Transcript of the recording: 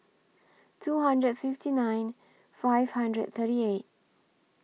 two hundred and fifty nine five hundred and thirty eight